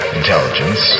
intelligence